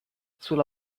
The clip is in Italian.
sulla